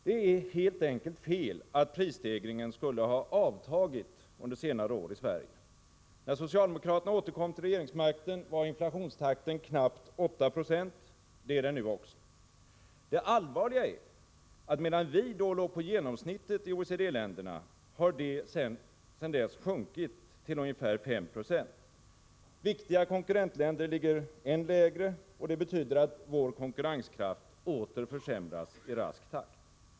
Det är helt enkelt fel att prisstegringen skulle ha avtagit under senare år i Sverige. När socialdemokraterna återkom till regeringsmakten var infla 121 tionstakten knappt 8 26. Det är den nu också. Det allvarliga är att medan vi då låg på genomsnittet i OECD-länderna, har detta sedan dess sjunkit till ungefär 5 Jo. Viktiga konkurrentländer ligger än lägre, och det betyder att vår konkurrenskraft åter försämras i rask takt.